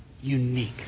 unique